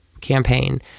campaign